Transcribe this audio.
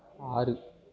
ஆறு